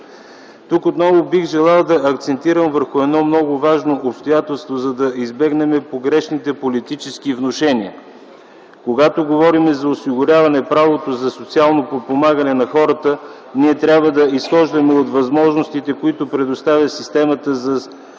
Тук отново бих желал да акцентирам върху едно много важно обстоятелство, за да избегнем погрешните политически внушения. Когато говорим за осигуряване правото за социално подпомагане на хората, ние трябва да изхождаме от възможностите, които предоставя системата за социална